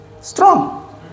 strong